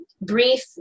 brief